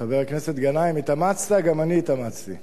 חבר הכנסת גנאים, התאמצת, גם אני התאמצתי.